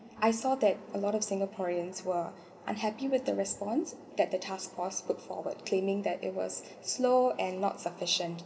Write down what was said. I saw that a lot of singaporeans were unhappy with the response that the task was put forward claiming that it was slow and not sufficient